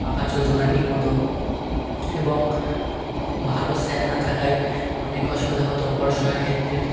পাখা চলতো না ঠিকমতো এবং ভালো স্যার না থাকায় অনেক অসুবিধা হতো পড়াশুনার ক্ষেত্রে